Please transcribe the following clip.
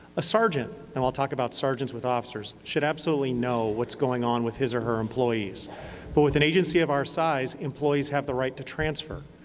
a sergeant, and i'll talk about sergeants with officers, should absolutely know what's going on with his or her employees but with an agency of our size employees have the right to transfer.